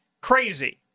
crazy